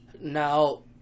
Now